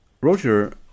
Roger